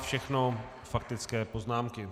Všechno faktické poznámky.